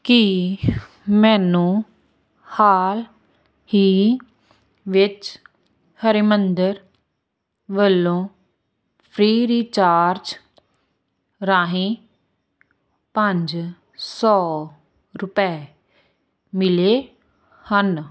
ਕੀ ਮੈਨੂੰ ਹਾਲ ਹੀ ਵਿੱਚ ਹਰਮਿੰਦਰ ਵੱਲੋਂ ਫ੍ਰੀਚਾਰਜ ਰਾਹੀਂ ਪੰਜ ਸੌ ਰੁਪਏ ਮਿਲੇ ਹਨ